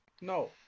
No